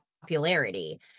popularity